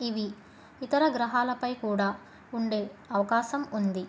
ఇవి ఇతర గ్రహాలపై కూడా ఉండే అవకాశం ఉంది